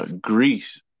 Greece